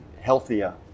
healthier